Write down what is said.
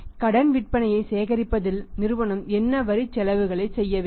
கடன் விற்பனையைச் சேகரிப்பதில் நிறுவனம் என்ன வரிச் செலவுகளைச் செய்ய வேண்டும்